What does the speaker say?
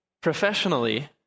professionally